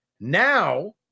Now